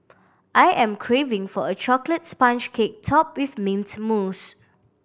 I am craving for a chocolate sponge cake topped with mint mousse